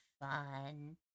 fun